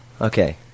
Okay